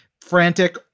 frantic